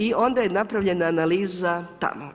I onda je napravljena analiza tamo.